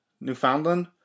Newfoundland